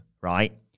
right